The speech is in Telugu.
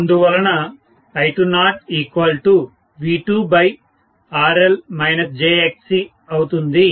అందువలన I20V2RL jXc అవుతుంది